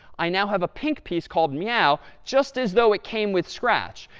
i now have a pink piece called meow, just as though it came with scratch.